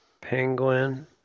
Penguin